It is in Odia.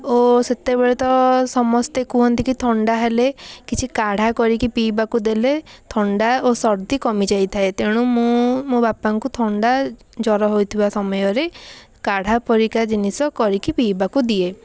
ଓ ସେତେବେଳେ ତ ସମସ୍ତେ କୁହନ୍ତି କି ଥଣ୍ଡାହେଲେ କିଛି କାଢ଼ା କରିକି ପିଇବାକୁ ଦେଲେ ଥଣ୍ଡା ଓ ସର୍ଦ୍ଦି କମିଯାଇଥାଏ ତେଣୁ ମୁଁ ମୋ ବାପାଙ୍କୁ ଥଣ୍ଡା ଜ୍ଵର ହୋଇଥିବା ସମୟରେ କାଢ଼ା ପରିକା ଜିନିଷ କରିକି ପିଇବାକୁ ଦିଏ